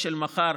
ושל מחר,